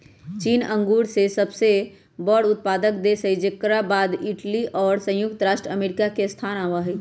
चीन अंगूर के सबसे बड़ा उत्पादक देश हई जेकर बाद इटली और संयुक्त राज्य अमेरिका के स्थान आवा हई